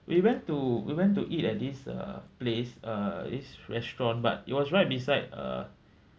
we went to we went to eat at this uh place uh this restaurant but it was right beside a